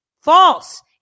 False